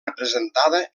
representada